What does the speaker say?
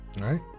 Right